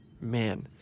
Man